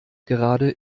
gerade